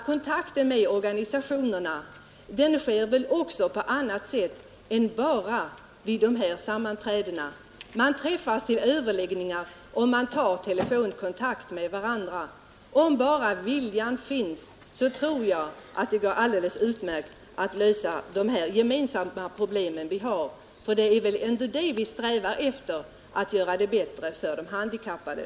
Kontakten med organisationerna upprätthålls väl också på annat sätt än bara vid dessa sammanträden. Man träffas till överläggningar och man tar telefonkontakt med varandra. Om bara viljan finns tror jag det går alldeles utmärkt att lösa de problem som vi har gemensamt. Ty vad vi strävar efter är väl ändå att göra det bättre för de handikappade.